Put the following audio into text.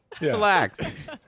relax